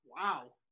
Wow